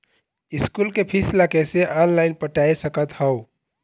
School के fees ला कैसे ऑनलाइन पटाए सकत हव?